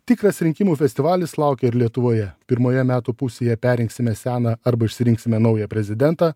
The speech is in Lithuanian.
tikras rinkimų festivalis laukia ir lietuvoje pirmoje metų pusėje perrinksime seną arba išsirinksime naują prezidentą